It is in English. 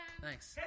Thanks